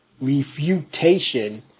refutation